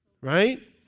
Right